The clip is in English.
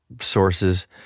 sources